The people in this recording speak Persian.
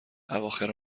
اواخر